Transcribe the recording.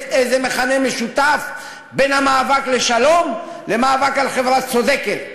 איזה מכנה משותף בין המאבק לשלום למאבק על חברה צודקת,